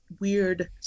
weird